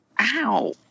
Ow